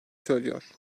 söylüyor